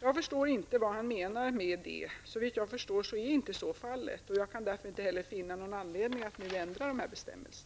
Jag förstår inte vad han menar med det. Såvitt jag förstår är så inte fallet. Jag kan därför inte heller finna någon anledning att nu ändra dessa bestämmelser.